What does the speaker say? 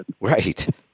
Right